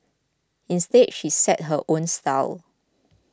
instead she sets her own style